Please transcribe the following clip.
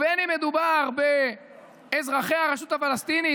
ובין אם מדובר באזרחי הרשות הפלסטינית,